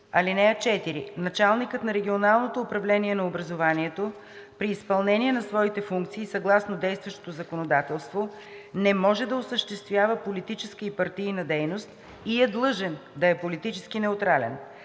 ал. 4: „(4) Началникът на регионално управление на образованието при изпълнение на своите функции съгласно действащото законодателство не може да осъществява политическа и партийна дейност и е длъжен да е политически неутрален.